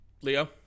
Leo